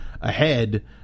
ahead